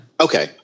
Okay